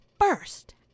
first